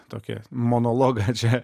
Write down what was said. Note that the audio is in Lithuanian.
tokį monologą čia